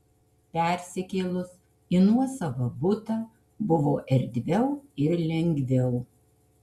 persikėlus į nuosavą butą buvo erdviau ir lengviau